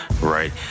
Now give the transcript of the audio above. right